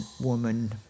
woman